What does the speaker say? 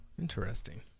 interesting